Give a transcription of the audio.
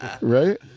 Right